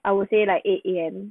I would say like eight A_M